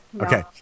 Okay